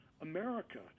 America